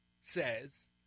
says